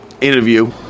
interview